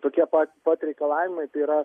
tokie pat pat reikalavimai tai yra